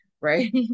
right